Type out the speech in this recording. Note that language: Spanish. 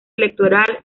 electoral